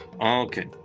okay